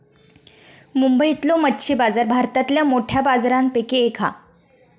मुंबईतलो मच्छी बाजार भारतातल्या मोठ्या बाजारांपैकी एक हा